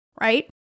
Right